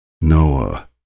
Noah